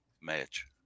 match